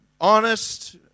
honest